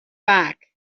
back